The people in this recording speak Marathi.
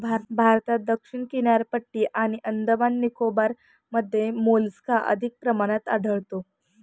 भारतात दक्षिण किनारपट्टी आणि अंदमान निकोबारमध्ये मोलस्का अधिक प्रमाणात आढळतो